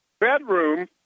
bedroom